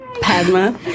Padma